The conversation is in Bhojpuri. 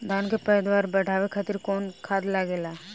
धान के पैदावार बढ़ावे खातिर कौन खाद लागेला?